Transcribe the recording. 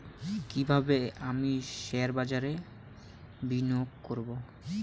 কিভাবে আমি শেয়ারবাজারে বিনিয়োগ করবে?